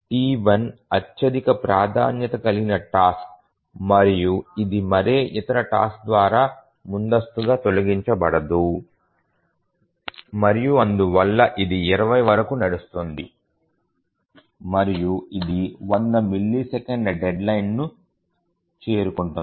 T1 అత్యధిక ప్రాధాన్యత కలిగిన టాస్క్ మరియు ఇది మరే ఇతర టాస్క్ ద్వారా ముందస్తుగా తొలగించబడదు మరియు అందువల్ల ఇది 20 వరకు నడుస్తుంది మరియు ఇది 100 మిల్లీసెకన్ల డెడ్లైన్ను చేరుకుంటుంది